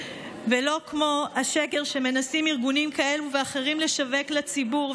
לא כמו השקר שמנסים ארגונים כאלה ואחרים לשווק לציבור,